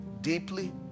deeply